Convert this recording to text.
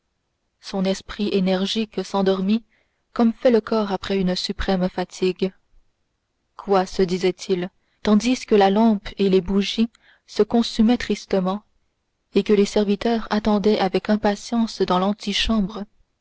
son esprit énergique s'endormit comme fait le corps après une suprême fatigue quoi se disait-il tandis que la lampe et les bougies se consumaient tristement et que les serviteurs attendaient avec impatience dans l'antichambre